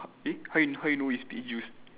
eh how you how you know it's peach juice